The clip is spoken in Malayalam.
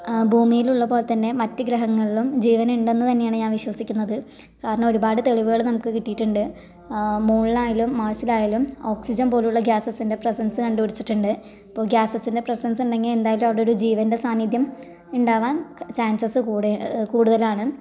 ഭൂമിയിലുള്ള പോലെ തന്നെ മറ്റു ഗ്രഹങ്ങളിലും ജീവൻ ഉണ്ടെന്ന് തന്നെയാണ് ഞാൻ വിശ്വസിക്കുന്നത് കാരണം ഒരുപാട് തെളിവുകൾ നമുക്ക് കിട്ടിയിട്ടുണ്ട് മൂണിൽ ആയാലും മാർസിൽ ആയാലും ഓക്സിജൻ പോലുള്ള ഗ്യാസസിൻ്റെ പ്രസൻസ് കണ്ടു പിടിച്ചിട്ടുണ്ട് ഇപ്പോ ഗ്യാസസിൻ്റെ പ്രസൻസ് ഉണ്ടെങ്കിൽ എന്തായാലും അവിടെ ഒരു ജീവൻ്റെ സാന്നിധ്യം ഉണ്ടാവാൻ ചാൻസസ് കൂടെ കൂടുതലാണ്